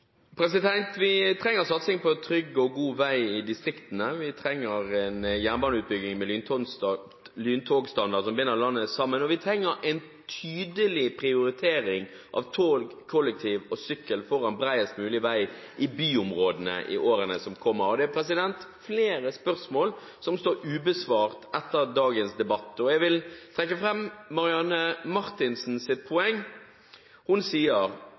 vei i distriktene. Vi trenger en jernbaneutbygging med lyntogstandard, som binder landet sammen, og vi trenger en tydelig prioritering av tog, kollektivtransport og sykkel foran bredest mulig vei i byområdene i årene som kommer. Det er flere spørsmål som står ubesvart etter dagens debatt, og jeg vil trekke fram Marianne Marthinsens poeng. Hun